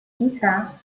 quizá